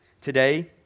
today